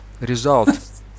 result